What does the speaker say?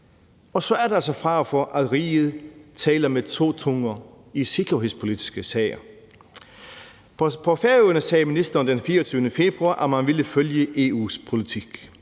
Og så er der altså fare for, at riget taler med to tunger i sikkerhedspolitiske sager. På Færøerne sagde ministeren den 24. februar, at man ville følge EU's politik,